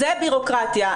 זה בירוקרטיה.